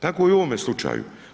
Tako i u ovome slučaju.